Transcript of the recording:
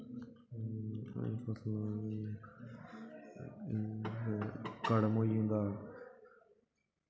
होर फसलां कड़म होई जंदा